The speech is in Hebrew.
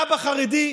אבא חרדי,